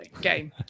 game